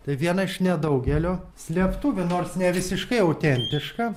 tai viena iš nedaugelio slėptuvių nors ne visiškai autentiška